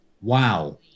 wow